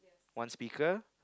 one speaker